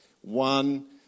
one